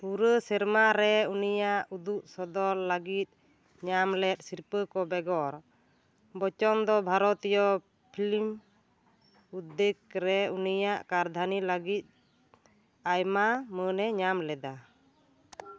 ᱯᱩᱨᱟᱹ ᱥᱮᱨᱢᱟ ᱨᱮ ᱩᱱᱤᱭᱟᱜ ᱩᱫᱩᱜ ᱥᱚᱫᱚᱨ ᱞᱟᱹᱜᱤᱫ ᱧᱟᱢ ᱞᱮᱫ ᱥᱤᱨᱯᱟᱹ ᱠᱚ ᱵᱮᱜᱚᱨ ᱵᱚᱪᱪᱚᱱ ᱫᱚ ᱵᱷᱟᱨᱚᱛᱤᱭᱚ ᱯᱷᱤᱞᱢ ᱩᱫᱫᱳᱜᱽ ᱨᱮ ᱩᱱᱤᱭᱟᱜ ᱠᱟᱹᱨᱫᱷᱟᱹᱱᱤ ᱞᱟᱹᱜᱤᱫ ᱟᱭᱢᱟ ᱢᱟᱹᱱᱮ ᱧᱟᱢ ᱞᱮᱫᱟ